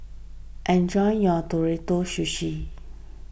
enjoy your Ootoro Sushi